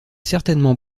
certainement